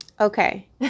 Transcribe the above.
okay